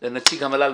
המל"ל,